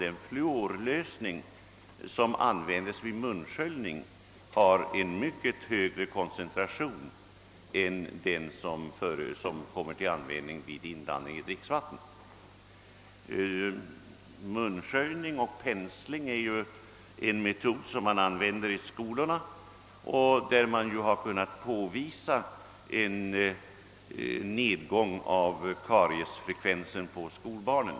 Den fluorlösning som används vid munsköljning har nämligen en mycket högre fluorkoncentration än koncentrationen i fluoriderat dricksvatten. Munsköljning och pensling är en metod som man använder i skolorna, där man ju har kunnat påvisa en nedgång av kariesfre kvensen hos skolbarnen.